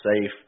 safe